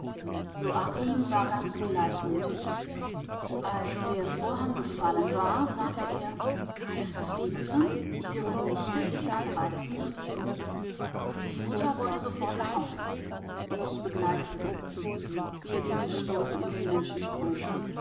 war ganz gleichmütig als der vorhang gefallen war sagte er mister stefenson ihre nichte ist ein reizendes kind die mutter wollte sofort nach hause ich begleitete sie wir gingen stumm in dem menschenstrom